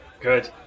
Good